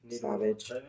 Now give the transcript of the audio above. Savage